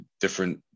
Different